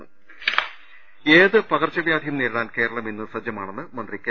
് ഏത് പകർച്ചവ്യാധിയും നേരിടാൻ കേരളം ഇന്ന് സജ്ജമാണെന്ന് മന്ത്രി കെ